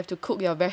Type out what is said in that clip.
yeah